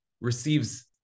receives